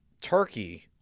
Turkey